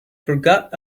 forgot